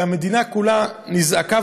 והמדינה כולה נזעקה,